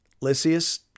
Lysias